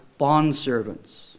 bondservants